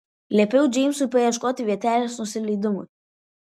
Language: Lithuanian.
liepiau džeimsui paieškoti vietelės nusileidimui